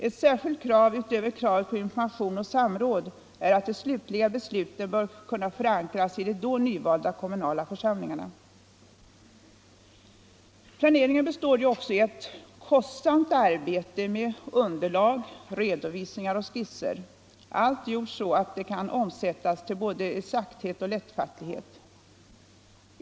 Ett särskilt skäl utöver kravet på information och samråd är att de slutliga besluten bör kunna förankras i de då nyvalda kommunala församlingarna. Planeringen består också i ett kostsamt arbete med underlag, redovisningar och skisser — allt gjort så att det kan omsättas i både exakthet och lättfattlighet.